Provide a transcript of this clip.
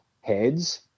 heads